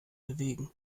bewegen